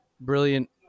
brilliant